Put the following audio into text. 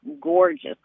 gorgeous